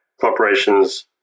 corporations